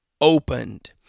opened